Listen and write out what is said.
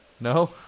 No